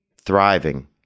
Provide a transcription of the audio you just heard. thriving